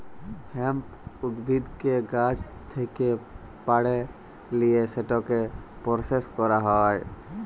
hemp উদ্ভিদকে গাহাচ থ্যাকে পাড়ে লিঁয়ে সেটকে পরসেস ক্যরা হ্যয়